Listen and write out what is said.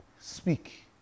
Speak